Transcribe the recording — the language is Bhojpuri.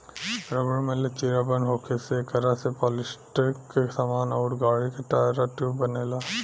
रबर में लचीलापन होखे से एकरा से पलास्टिक के सामान अउर गाड़ी के टायर आ ट्यूब बनेला